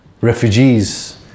refugees